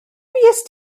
fuest